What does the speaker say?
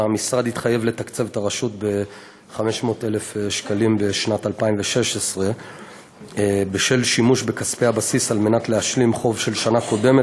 המשרד התחייב לתקצב את הרשות ב-500,000 שקלים בשנת 2016. בשל שימוש בכספי הבסיס על מנת להשלים חוב של שנה קודמת,